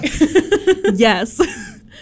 Yes